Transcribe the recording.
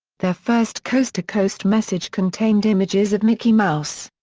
their first coast-to-coast message contained images of mickey mouse.